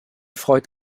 freut